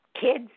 Kids